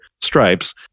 stripes